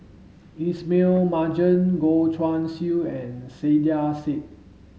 Ismail Marjan Goh Guan Siew and Saiedah Said